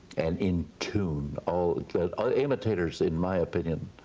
and in tune. ah ah imitators, in my opinion,